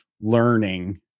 learning